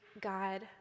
God